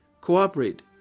cooperate